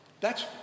thats